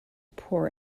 poor